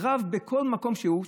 רב בכל מקום שהוא,